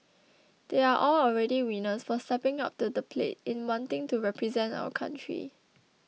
they are all already winners for stepping up to the plate in wanting to represent our country